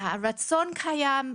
הרצון קיים,